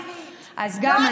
מבחינתכם לא